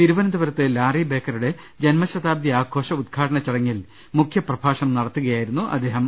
തിരുവനന്തപുരത്ത് ലാറി ബേക്ക റുടെ ജന്മശതാബ്ദി ആഘോഷ ഉദ്ഘാടന ചടങ്ങിൽ മുഖ്യ പ്രഭാഷണം നടത്തുക യായിരുന്നു അദ്ദേഹം